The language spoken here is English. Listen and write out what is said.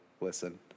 listen